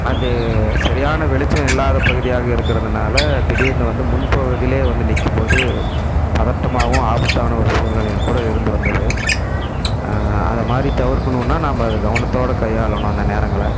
அது சரியான வெளிச்சம் இல்லாத பகுதியாக இருக்கிறதுனால திடீர்னு வந்து முன் பகுதிலையே வந்து நிற்கும் போது பதட்டமாகவும் ஆபத்தான ஒரு சூழ்நிலையும் கூட இருந்து வந்தது அது மாதிரி தவிர்க்கணும்னால் நம்ம அது கவனத்தோடு கையாளணும் அந்த நேரங்களை